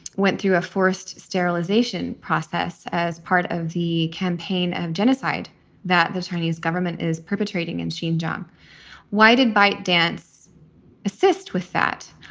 went through a forced sterilization process as part of the campaign of genocide that the chinese government is perpetrating. and chignon. ah um why did bite dance assist with that?